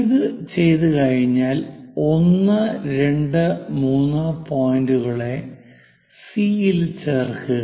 ഇത് ചെയ്തുകഴിഞ്ഞാൽ 1 2 3 പോയിന്റുകളെ സി യിൽ ചേർക്കുക